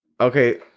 okay